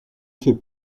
fait